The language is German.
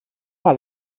war